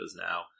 now